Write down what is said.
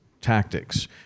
tactics